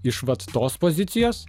iš vat tos pozicijos